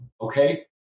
okay